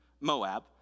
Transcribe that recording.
Moab